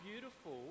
beautiful